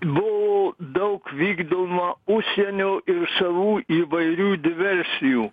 buvo daug vykdoma užsienio šalų įvairių diversijų